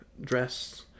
dress